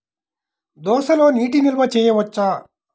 దోసలో నీటి నిల్వ చేయవచ్చా?